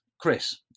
Chris